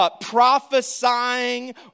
prophesying